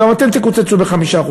גם אתם תקוצצו ב-5%.